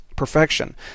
perfection